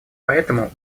поэтому